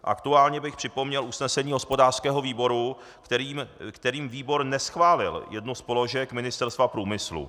Aktuálně bych připomněl usnesení hospodářského výboru, kterým výbor neschválil jednu z položek Ministerstva průmyslu.